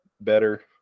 better